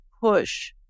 push